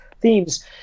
themes